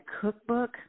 cookbook